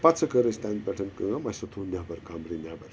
پَتہٕ سا کٔر اَسہِ تنہٕ پٮ۪ٹھ کٲم اَسہِ ہسا تھوٚو نیبَر کبمرٕ نیبر